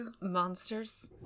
monsters